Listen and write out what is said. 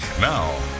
Now